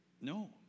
No